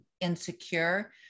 insecure